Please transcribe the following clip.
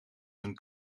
hun